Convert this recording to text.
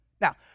Now